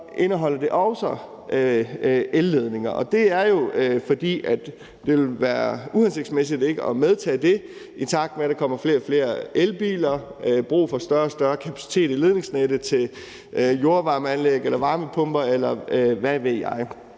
indeholder det også elledninger, og det er jo, fordi det ville være uhensigtsmæssigt ikke at medtage det, i takt med at der kommer flere og flere elbiler, der bliver brug for større og større kapacitet i ledningsnettet til jordvarmeanlæg, varmepumper, eller hvad ved jeg.